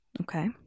Okay